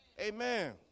Amen